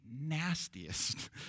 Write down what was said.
nastiest